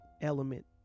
element